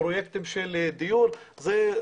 פרויקטים של דיור וכולי.